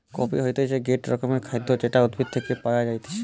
coffee হতিছে গটে রকমের খাদ্য যেটা উদ্ভিদ থেকে পায়া যাইতেছে